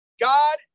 God